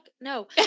no